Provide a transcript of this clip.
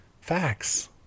facts